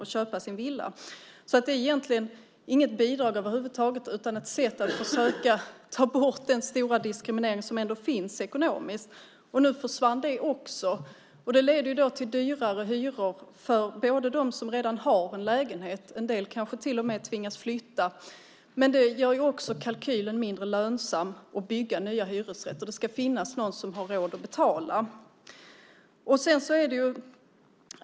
Det är över huvud taget inte något bidrag utan ett sätt att försöka ta bort den stora diskriminering som ändå finns ekonomiskt. Nu försvann det också. Det leder till dyrare hyror för dem som redan har lägenhet - en del kanske till och med tvingas flytta. Det här gör också kalkylen mindre lönsam att bygga nya hyresrätter. Det ska finnas någon som har råd att betala.